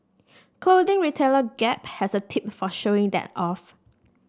clothing retailer Gap has a tip for showing that off